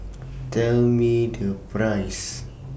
Tell Me The Price